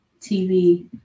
TV